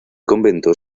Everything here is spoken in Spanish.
convento